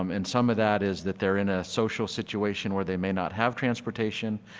um and some of that is that they are in a social situation where they may not have transportation.